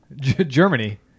Germany